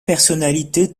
personnalités